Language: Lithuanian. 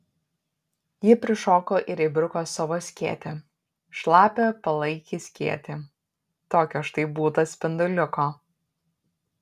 ji prišoko ir įbruko savo skėtį šlapią palaikį skėtį tokio štai būta spinduliuko